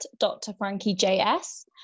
DrFrankieJS